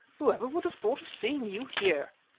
whoever would have thought of seeing you here?